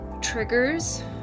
triggers